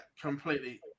completely